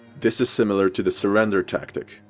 this is similar to the surrender tactic.